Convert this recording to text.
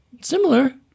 Similar